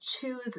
choose